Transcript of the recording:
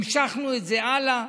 המשכנו את זה הלאה,